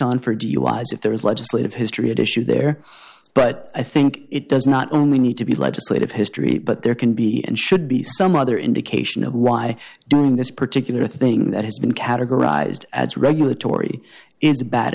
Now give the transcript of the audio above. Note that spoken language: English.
on for duis if there is legislative history at issue there but i think it does not only need to be legislative history but there can be and should be some other indication of why doing this particular thing that has been categorized as regulatory is bad